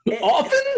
Often